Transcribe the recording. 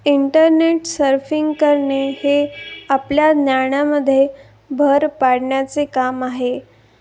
internet surfing करणे हे आपल्या ज्ञानामध्ये भर पाडण्याचे काम आहे